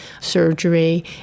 surgery